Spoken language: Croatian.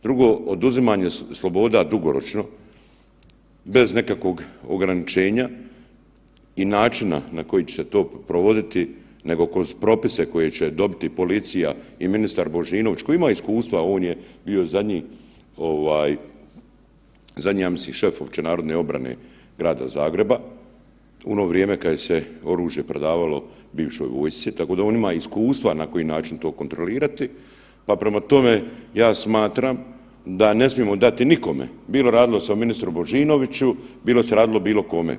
Drugo, oduzimanje sloboda dugoročno bez nekakvog ograničenja i načina na koji će se to provoditi nego kroz propise koje će dobiti policija i ministar Božinović, koji ima iskustva, on je bio zadnji, zadnji, ja mislim šef Općenarodne obrane grada Zagreba u ono vrijeme kada se oružje predavalo bivšoj vojsci, tako da on ima iskustva na koji način to kontrolirati pa prema tome, ja smatram da ne smijemo dati nikome, bilo radilo o ministru Božinoviću, bilo da se radi o bilo kome.